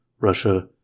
Russia